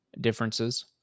differences